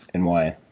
and why?